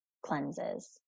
cleanses